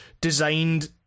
designed